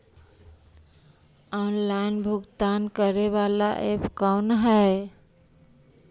Online भुगतान करे बाला ऐप कौन है?